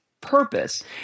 purpose